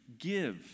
Give